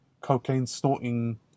cocaine-snorting